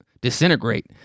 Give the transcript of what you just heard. disintegrate